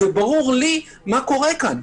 וברור לי מה קורה כאן.